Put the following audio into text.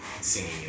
singing